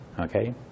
Okay